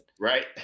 right